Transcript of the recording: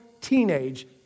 teenage